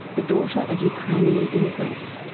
the daughter of ukrainian immigrants.